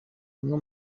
bimwe